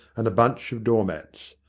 and a bunch of doormats.